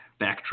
backtrack